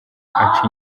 aca